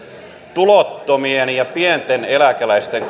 tulottomien ja pienten eläkeläisten